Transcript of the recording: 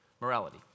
morality